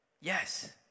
yes